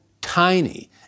tiny